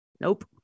nope